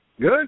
good